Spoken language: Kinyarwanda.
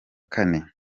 kane